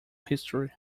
history